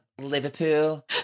Liverpool